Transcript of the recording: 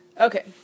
Okay